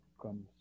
comes